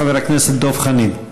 חבר הכנסת דב חנין.